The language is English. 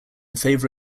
favour